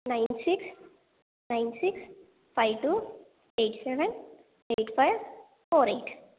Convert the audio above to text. nine six nine six five two eight seven eight five four eight